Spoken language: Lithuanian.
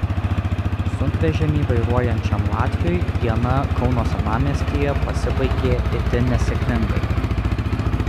sunkvežimį vairuojančiam latviui diena kauno senamiestyje pasibaigė itin nesėkmingai